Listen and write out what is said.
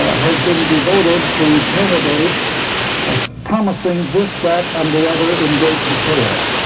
has been devoted to candidates promising this, that and the other in great detail.